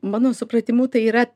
mano supratimu tai yra